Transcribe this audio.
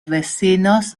vecinos